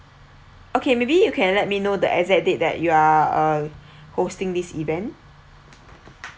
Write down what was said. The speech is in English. okay maybe you can let me know the exact date that you are uh hosting this event